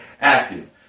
active